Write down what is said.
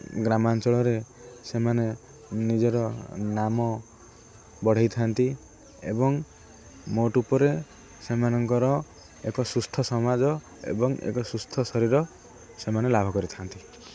ଗ୍ରାମାଞ୍ଚଳରେ ସେମାନେ ନିଜର ନାମ ବଢ଼ାଇଥାନ୍ତି ଏବଂ ମୋଟ ଉପରେ ସେମାନଙ୍କର ଏକ ସୁସ୍ଥ ସମାଜ ଏବଂ ଏକ ସୁସ୍ଥ ଶରୀର ସେମାନେ ଲାଭ କରିଥାନ୍ତି